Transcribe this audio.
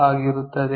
ಆಗಿರುತ್ತದೆ